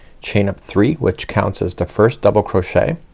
chain up three which counts as the first double crochet.